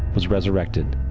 was resurrected.